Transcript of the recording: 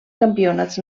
campionats